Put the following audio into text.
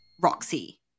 Roxy